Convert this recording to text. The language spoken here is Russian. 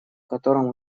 котором